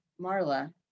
Marla